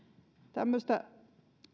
tämmöistä